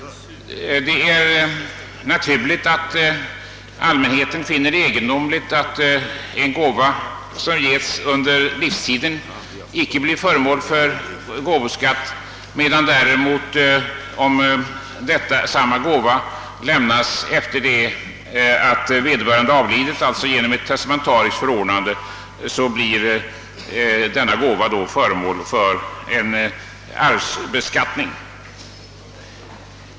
Det är naturligt att allmänheten finner det egendomligt att en gåva, som givits under livstiden, icke blir föremål för gåvoskatt, medan däremot, om samma gåva lämnas efter det att vederbörande avlidit, d.v.s. genom ett testamentariskt förordnande, så blir den föremål för arvsbeskattning.